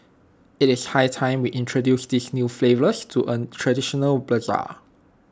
IT is high time we introduce these new flavours to A traditional Bazaar